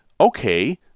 okay